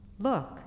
Look